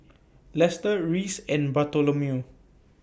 Lester Reece and Bartholomew